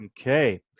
Okay